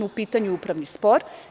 U pitanju je upravni spor.